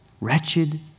wretched